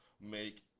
make